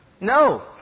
No